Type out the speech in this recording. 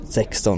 16